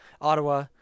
Ottawa